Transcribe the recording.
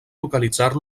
localitzar